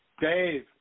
Dave